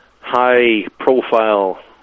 high-profile